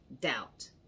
doubt